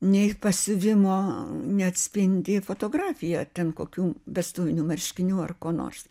nei pasiuvimo neatspindi fotografija ten kokių vestuvinių marškinių ar ko nors